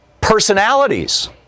personalities